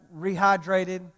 rehydrated